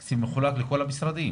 התקציב מחולק לכל המשרדים.